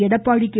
Edappadi K